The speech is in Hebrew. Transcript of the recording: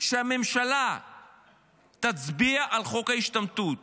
שהממשלה תצביע על חוק ההשתמטות.